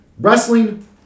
Wrestling